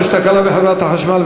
יש תקלה בחברת החשמל.